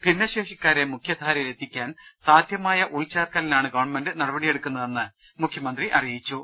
ഭിന്നശേഷി ക്കാരെ മുഖ്യധാരയിൽ എത്തിക്കാൻ സാധ്യമായ ഉൾച്ചേർക്കലിനാണ് ഗവൺമെന്റ് നടപടിയെടുക്കുന്നതെന്ന് മുഖ്യമന്ത്രി അറിയിച്ചു